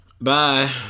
Bye